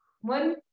One